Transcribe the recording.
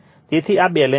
તેથી આ બેલેન્સ છે